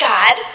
God